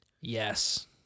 yes